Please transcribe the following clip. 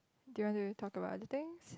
do you want to talk about other things